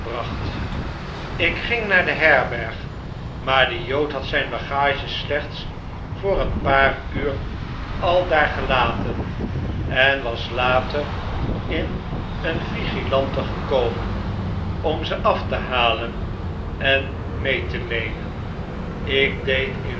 ik ging naar de herberg maar de jood had zijn bagage slechts voor een paar uur aldaar gelaten en was later in een vigilante gekomen omze af te halen en mee te nemen ik deed